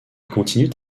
continuent